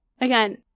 Again